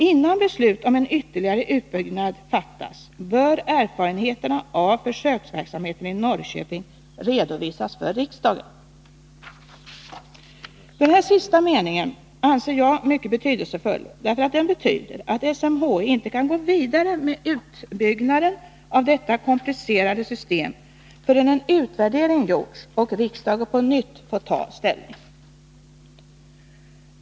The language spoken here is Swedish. Innan beslut om en ytterligare utbyggnad fattas bör erfarenheterna av försöksverksamheten i Norrköping redovisas för riksdagen. Den sista meningen anser jag mycket betydelsefull. Den innebär att SMHI inte kan gå vidare med utbyggnaden av detta komplicerade system förrän en utvärdering har gjorts och riksdagen på nytt har fått ta ställning.